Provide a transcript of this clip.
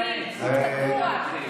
מה המשמעות של יועץ בעברית?